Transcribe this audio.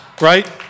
Right